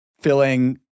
filling